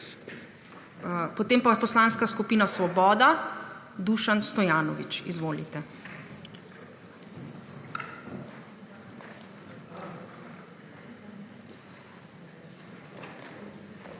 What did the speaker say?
Potem pa Poslanska skupina Svoboda, Dušan Stojanovič. Izvolite.